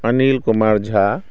Anil Kumar Jha